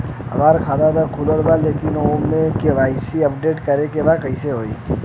हमार खाता ता खुलल बा लेकिन ओमे के.वाइ.सी अपडेट करे के बा कइसे होई?